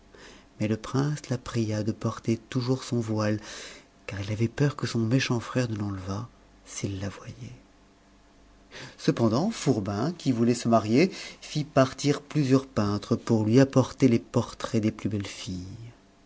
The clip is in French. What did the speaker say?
mais le prince la pria de porter toujours son voile car il avait peur que son méchant frère ne l'enlevât s'il la voyait cependant fourbin qui voulait se marier fit partir plusieurs peintres pour lui apporter les portraits des plus belles filles